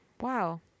Wow